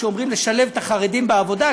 לשלב את החרדים בעבודה,